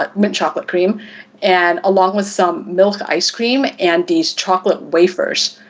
ah mint chocolate cream and along with some milk ice cream and these chocolate wafers.